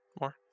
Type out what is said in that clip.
more